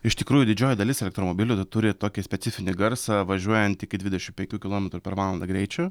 iš tikrųjų didžioji dalis elektromobilių turi tokį specifinį garsą važiuojant iki dvidešim penkių kilometrų per valandą greičiu